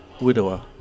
widower